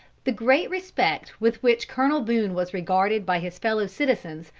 the great respect with which colonel boone was regarded by his fellow-citizens,